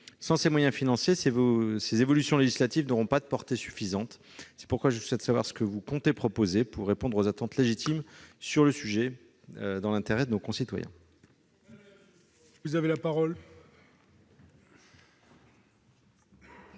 Sans ces moyens financiers, ces évolutions législatives n'auront pas de portée suffisante. Madame la ministre, que comptez-vous proposer pour répondre aux attentes légitimes sur ce sujet, dans l'intérêt de nos concitoyens